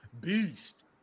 Beast